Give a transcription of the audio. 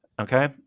Okay